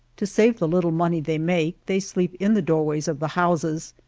to save the little money they make, they sleep in the doorways of the houses,